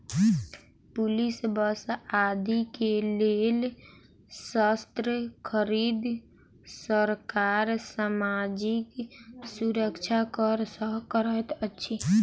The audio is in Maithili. पुलिस बल आदि के लेल शस्त्र खरीद, सरकार सामाजिक सुरक्षा कर सँ करैत अछि